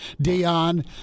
Dion